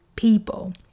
people